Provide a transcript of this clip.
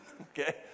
okay